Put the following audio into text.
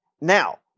Now